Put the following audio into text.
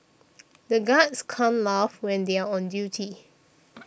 the guards can't laugh when they are on duty